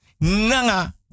Nanga